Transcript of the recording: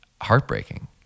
heartbreaking